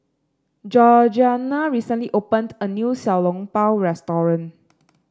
Georgiana recently opened a new Xiao Long Bao restaurant